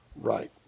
Right